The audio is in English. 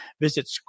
Visit